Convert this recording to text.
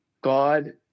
God